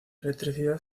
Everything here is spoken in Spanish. electricidad